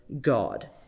God